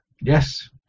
Yes